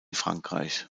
frankreich